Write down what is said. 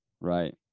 Right